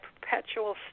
perpetual